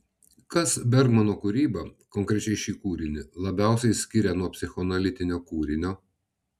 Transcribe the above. kas bergmano kūrybą konkrečiai šį kūrinį labiausiai skiria nuo psichoanalitinio kūrinio